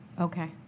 Okay